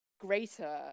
Greater